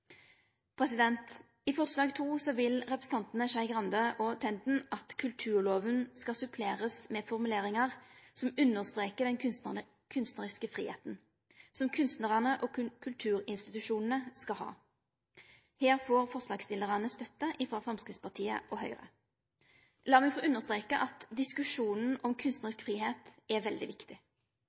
I forslag nr. 2 vil representantane Skei Grande og Tenden at kulturloven skal supplerast med formuleringar som understrekar den kunstnariske fridomen som kunstnarane og kulturinstitusjonane skal ha. Her får forslagsstillarane støtte frå Framstegspartiet og Høgre. Lat meg få understreke at diskusjonen om kunstnarisk fridom er veldig viktig.